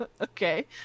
Okay